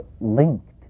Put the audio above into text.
linked